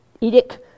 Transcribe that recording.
edict